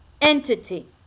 entity